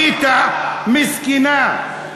הפיתה מסכנה.